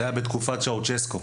זה היה בתקופת צ'אושסקו.